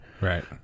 Right